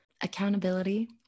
accountability